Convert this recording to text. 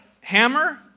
hammer